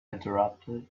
interrupted